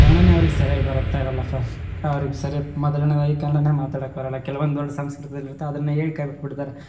ಕನ್ನಡನೇ ಅವ್ರಿಗೆ ಸರಿಯಾಗಿ ಬರುತ್ತಾ ಇರೊಲ್ಲ ಫಸ್ಟ್ ಅವ್ರಿಗೆ ಸರಿ ಮೊದಲನೇದಾಗಿ ಕನ್ನಡಾನೇ ಮಾತಾಡೊಕ್ ಬರೊಲ್ಲ ಕೆಲವೊಂದು ವರ್ಡ್ ಸಂಸ್ಕೃತದಲ್ಲಿರ್ತೆ ಅದನ್ನು ಹೇಳ್ ಕೈಬಿಟ್ಬಿಡ್ತಾರೆ